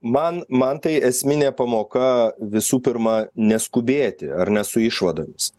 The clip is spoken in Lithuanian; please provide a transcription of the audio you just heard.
man man tai esminė pamoka visų pirma neskubėti ar ne su išvadomis